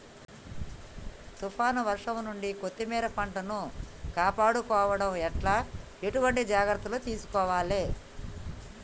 తుఫాన్ వర్షం నుండి కొత్తిమీర పంటను కాపాడుకోవడం ఎట్ల ఎటువంటి జాగ్రత్తలు తీసుకోవాలే?